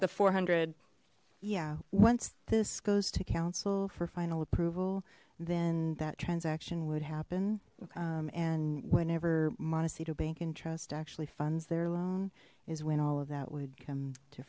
the four hundred yeah once this goes to council for final approval then that transaction would happen and whenever montecito bank and trust actually funds their loan is when all of that would come to